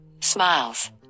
Smiles